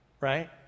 right